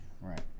Right